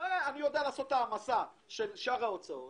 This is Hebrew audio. אני יודע לעשות העמסה של שאר ההוצאות,